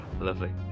lovely